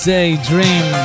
Daydream